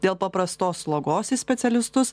dėl paprastos slogos į specialistus